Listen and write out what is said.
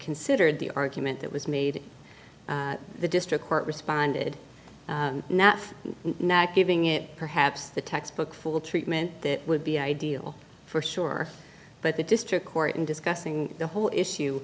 considered the argument that was made the district court responded not not giving it perhaps the textbook full treatment that would be ideal for sure but the district court in discussing the whole issue